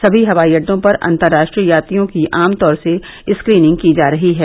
सभी हवाई अड्डों पर अंतर्राष्ट्रीय यात्रियों की आमतौर से स्क्रीनिंग की जा रही है